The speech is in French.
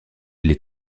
les